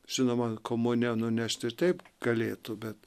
žinoma komuniją nunešt ir taip galėtų bet